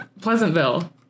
Pleasantville